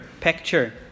picture